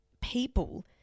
people